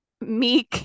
meek